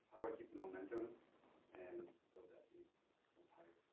how do i keep the momentum and tired,